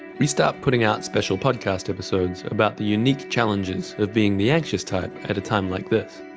we start putting out special podcast episodes about the unique challenges of being the anxious type at a time like this.